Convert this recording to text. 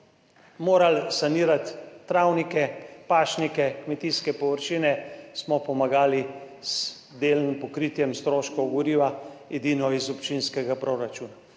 morali sanirati travnike, pašnike, kmetijske površine, smo pomagali z delnim pokritjem stroškov goriva edino iz občinskega proračuna.